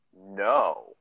No